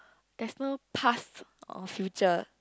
there's no path or future